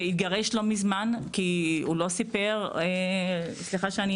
שהתגרש לא מזמן כי הוא לא סיפר סליחה שאני